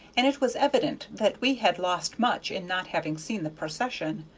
and it was evident that we had lost much in not having seen the procession.